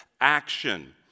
action